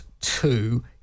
two